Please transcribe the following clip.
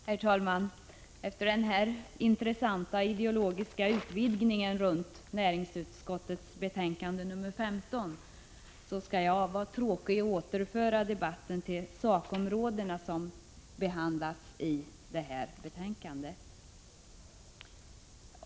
Herr talman! Efter den här intressanta ideologiska utvidgningen runt näringsutskottets betänkande nr 15 skall jag vara tråkig och återföra debatten till de sakområden som behandlas i detta betänkande.